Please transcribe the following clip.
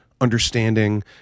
understanding